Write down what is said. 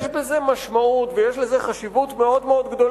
יש בזה משמעות ויש לזה חשיבות גדולה,